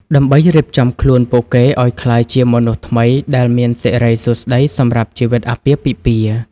ដើម្បីរៀបចំខ្លួនពួកគេឱ្យក្លាយជាមនុស្សថ្មីដែលមានសិរីសួស្តីសម្រាប់ជីវិតអាពាហ៍ពិពាហ៍។